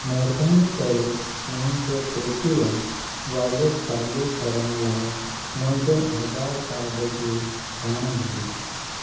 महिरबानी करे मुंहिंजो पे टी एम वॉलेट चालू करण लाइ मुंहिंजे आधार कार्ड जी ॼाण भरियो